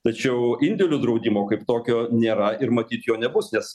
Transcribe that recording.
tačiau indėlių draudimo kaip tokio nėra ir matyt jo nebus nes